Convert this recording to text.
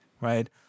right